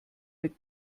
mit